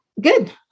Good